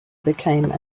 became